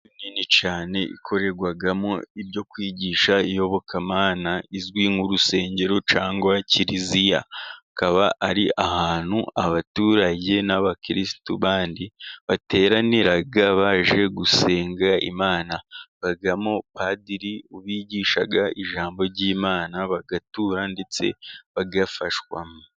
Nini cyane ikorerwamo ibyo kwigisha iyobokamana izwi nk'urusengero cyangwa kiliziya. Akaba ari ahantu abaturage n'abakirisitu bandi bateranira baje gusenga Imana. Bajyamo padiri abigisha ijambo ry'Imana bagatura ndetse bagafashwa.